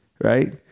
Right